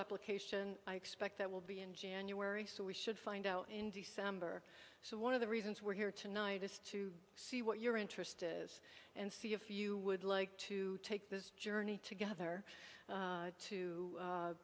application i expect that will be in january so we should find out in december so one of the reasons we're here tonight is to see what your interest is and see if you would like to take this journey together